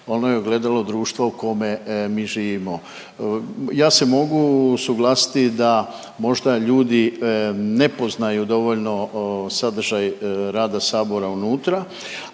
ono je ogledalo društva u kome mi živimo. Ja se mogu suglasiti da možda ljudi ne poznaju dovoljno sadržaj rada Sabora unutra,